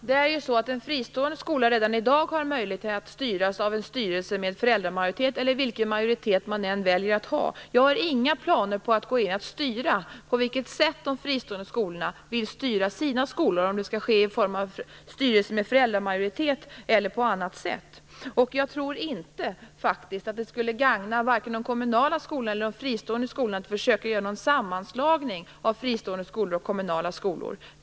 Herr talman! En fristående skola kan redan i dag styras av en styrelse med föräldramajoritet eller vilken majoritet man än väljer att ha. Jag har inga planer på att styra på vilket sätt de fristående skolorna vill styra sina skolor, om det skall ske i form av styrelse med föräldramajoritet eller på annat sätt. Jag tror inte att det skulle gagna vare sig de kommunala skolorna eller de fristående skolorna att försöka göra någon sammanslagning av fristående skolor och kommunala skolor.